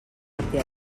martí